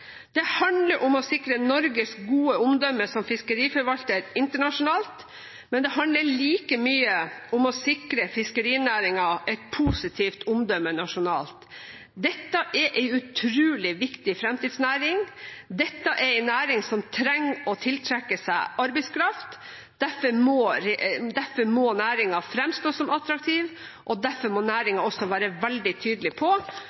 Det handler om å sikre Norges gode omdømme som fiskeriforvalter internasjonalt, men det handler like mye om å sikre fiskerinæringen et positivt omdømme nasjonalt. Dette er en utrolig viktig framtidsnæring. Dette er en næring som trenger å tiltrekke seg arbeidskraft. Derfor må næringen fremstå som attraktiv, og derfor må næringen også være veldig tydelig på